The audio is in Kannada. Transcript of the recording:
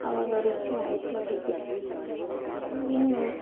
ಅವಾಗ ರುಚಿ ಆಯಿತು ಅಡುಗೆ ಇನ್ನು